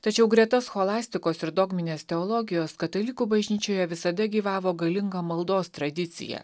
tačiau greta scholastikos ir dogminės teologijos katalikų bažnyčioje visada gyvavo galinga maldos tradicija